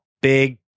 big